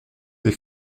des